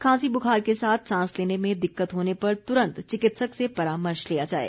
खांसी बुखार के साथ सांस लेने में दिक्कत होने पर तुरंत चिकित्सक से परामर्श लिया जाए